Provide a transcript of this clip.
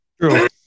true